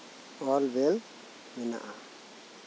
ᱚᱞ ᱵᱮᱞ ᱢᱮᱱᱟᱜᱼᱟ